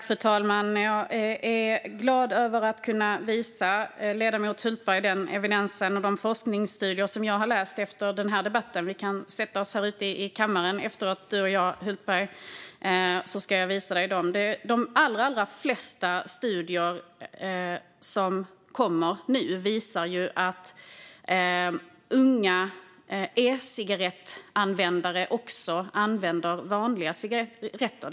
Fru talman! Jag är glad över att jag efter debatten kan visa ledamoten Hultberg den evidens och de forskningsstudier som jag har läst. Vi kan sätta oss ned sedan så ska jag visa dem. De allra flesta studier som kommer nu visar att unga e-cigarettanvändare också använder vanliga cigaretter.